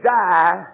die